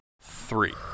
three